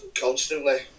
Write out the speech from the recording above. Constantly